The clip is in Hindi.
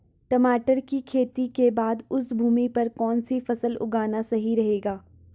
टमाटर की खेती के बाद उस भूमि पर कौन सी फसल उगाना सही रहेगा?